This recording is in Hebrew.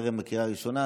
טרם הקריאה הראשונה,